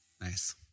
Nice